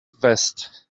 vest